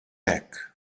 hekk